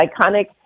iconic